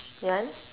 ya